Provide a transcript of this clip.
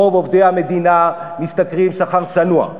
רוב עובדי המדינה משתכרים שכר צנוע.